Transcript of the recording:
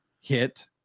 hit